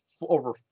over